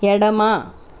ఎడమ